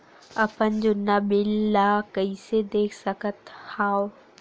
अपन जुन्ना बिल ला कइसे देख सकत हाव?